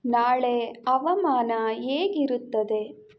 ನಾಳೆ ಹವಾಮಾನ ಹೇಗಿರುತ್ತದೆ